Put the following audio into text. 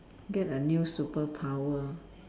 get a new superpower